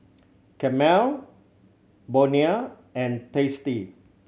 Camel Bonia and Tasty